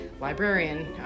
librarian